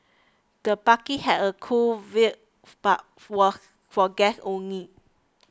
the party had a cool vibe but was for guests only